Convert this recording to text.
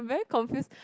very confused